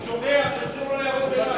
הוא שוכח שאסור לו להשמיע הערות ביניים.